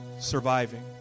surviving